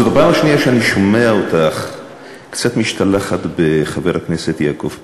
זאת הפעם השנייה שאני שומע אותך קצת משתלחת בחבר הכנסת יעקב פרי,